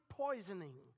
Poisoning